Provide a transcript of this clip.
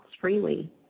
freely